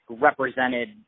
Represented